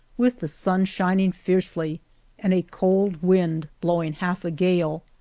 with the sun shining fiercely and a cold wind blowing half a gale,